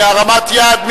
נא להצביע בהרמת יד.